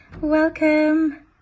Welcome